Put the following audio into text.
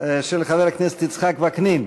שאילתה מס' 11 של חבר הכנסת יצחק וקנין.